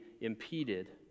impeded